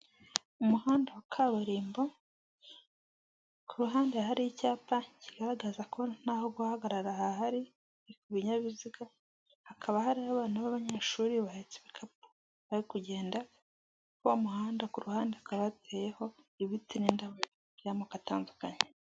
Umuhanda wa kaburimbo, ku ruhande hari icyapa kigaragaza ko ntaho guhagarara hahari ku binyabiziga, hakaba hari abana b'abanyeshuri bahetse ibikapu bari kugenda. Wa muhanda ku ruhande hakaba hateyeho ibiti n'indabo by'amoko atandukanye.